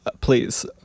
please